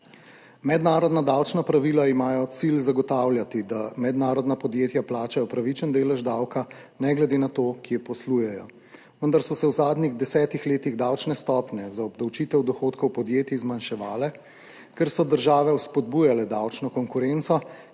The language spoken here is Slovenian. Mednarodna davčna pravila imajo cilj zagotavljati, da mednarodna podjetja plačajo pravičen delež davka ne glede na to, kje poslujejo. Vendar so se v zadnjih desetih letih davčne stopnje za obdavčitev dohodkov podjetij zmanjševale, ker so države v spodbujale davčno konkurenco,